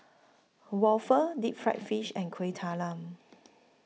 Waffle Deep Fried Fish and Kueh Talam